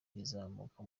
rizamuka